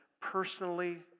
personally